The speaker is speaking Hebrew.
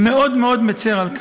מאוד מאוד מצר על כך.